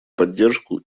поддержку